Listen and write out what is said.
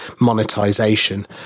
monetization